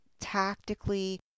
tactically